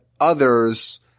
others